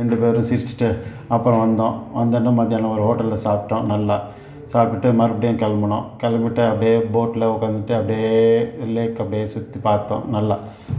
ரெண்டு பேரும் சிரிச்சுட்டு அப்புறம் வந்தோம் வந்தோடன மத்தியானம் ஒரு ஹோட்டலில் சாப்பிட்டோம் நல்லா சாப்பிட்டுட்டு மறுபடியும் கிளம்புனோம் கிளம்பிட்டு அப்டியே போட்டில் உட்காந்துட்டு அப்டியே லேக்கை அப்டியே சுற்றி பார்த்தோம் நல்லா